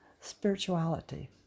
spirituality